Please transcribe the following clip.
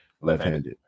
left-handed